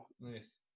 nice